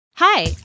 Hi